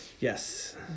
Yes